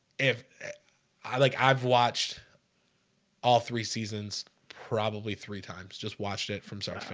if i like i've watched all three seasons probably three times just watched it from sort of and